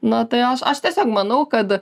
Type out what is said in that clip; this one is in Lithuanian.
na tai aš aš tiesiog manau kad